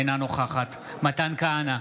אינה נוכחת מתן כהנא,